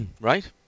Right